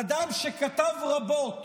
אדם שכתב רבות